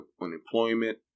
unemployment